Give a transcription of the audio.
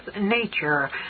nature